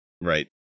Right